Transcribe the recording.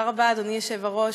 תודה רבה, אדוני היושב-ראש.